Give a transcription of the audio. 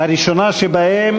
הראשונה שבהן